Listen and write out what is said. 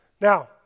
Now